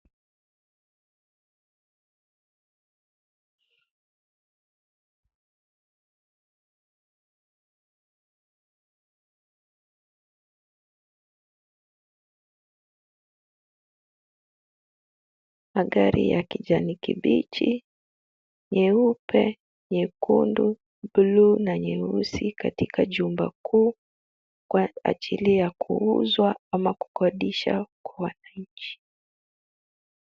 Magari ya kijani kibichi, nyeupe, nyekundu, bluu na nyeusi katika jumba kuu kwa ajili ya kuuzwa ama kukodisha kwa wananchi .